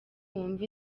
wumve